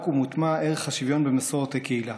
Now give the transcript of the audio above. ומוטמע ערך השוויון במסורת הקהילה,